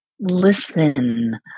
Listen